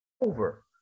over